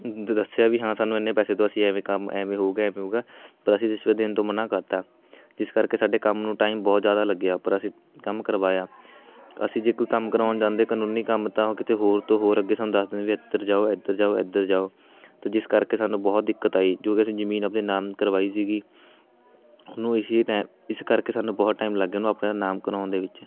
ਦ ਦੱਸਿਆ ਵੀ ਹਾਂ ਸਾਨੂੰ ਇੰਨੇ ਪੈਸੇ ਦਿਉ ਅਸੀਂ ਐਵੇਂ ਕੰਮ ਐਵੇਂ ਹੋਵੇਗਾ ਐਵੇਂ ਹੋਵੇਗਾ ਪਰ ਅਸੀਂ ਰਿਸ਼ਵਤ ਦੇਣ ਤੋਂ ਮਨਾ ਕਰਤਾ ਜਿਸ ਕਰਕੇ ਸਾਡੇ ਕੰਮ ਨੂੰ ਟਾਈਮ ਬਹੁਤ ਜ਼ਿਆਦਾ ਲੱਗਿਆ ਪਰ ਅਸੀਂ ਕੰਮ ਕਰਵਾਇਆ ਅਸੀਂ ਜੇ ਕੋਈ ਕੰਮ ਕਰਵਾਉਣ ਜਾਂਦੇ ਕਾਨੂੰਨੀ ਕੰਮ ਤਾਂ ਉਹ ਕਿਤੇ ਹੋਰ ਤੋਂ ਹੋਰ ਅੱਗੇ ਸਾਨੂੰ ਦੱਸ ਦਿੰਦੇ ਵੀ ਇੱਧਰ ਜਾਓ ਇੱਧਰ ਜਾਓ ਇੱਧਰ ਜਾਓ ਅਤੇ ਜਿਸ ਕਰਕੇ ਸਾਨੂੰ ਬਹੁਤ ਦਿੱਕਤ ਆਈ ਜੋ ਕਿ ਅਸੀਂ ਜ਼ਮੀਨ ਆਪਣੇ ਨਾਮ ਕਰਵਾਈ ਸੀਗੀ ਉਹਨੂੰ ਇਸੀ ਟੈਮ ਇਸ ਕਰਕੇ ਸਾਨੂੰ ਬਹੁਤ ਟਾਈਮ ਲੱਗ ਗਿਆ ਉਹਨੂੰ ਆਪਣੇ ਨਾਮ ਕਰਵਾਉਣ ਦੇ ਵਿੱਚ